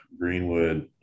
Greenwood